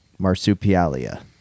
marsupialia